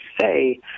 say